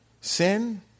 sin